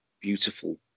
beautiful